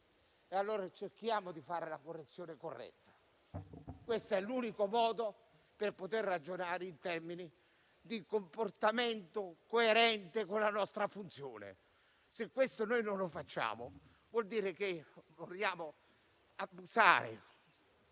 Allora, cerchiamo di fare la correzione esatta. Questo è l'unico modo per poter ragionare in termini di comportamento coerente con la nostra funzione. Se non lo facciamo, vuol dire che vogliamo abusare,